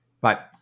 Bye